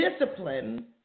discipline